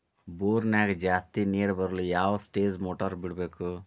ಬೋರಿನ್ಯಾಗ ಜಾಸ್ತಿ ನೇರು ಬರಲು ಯಾವ ಸ್ಟೇಜ್ ಮೋಟಾರ್ ಬಿಡಬೇಕು?